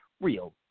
real